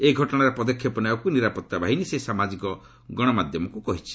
ଏହି ଘଟଣାରେ ପଦକ୍ଷେପ ନେବାକୁ ନିରାପତ୍ତା ବାହିନୀ ସେହି ସାମାଜିକ ଗଣମାଧ୍ୟମକୁ କହିଛି